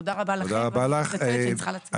תודה רבה לכם, ואני מתנצלת שאני צריכה לצאת.